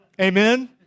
Amen